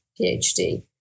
PhD